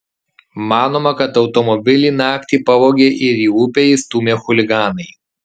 manoma kad automobilį naktį pavogė ir į upę įstūmė chuliganai